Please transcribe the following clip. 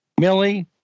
Millie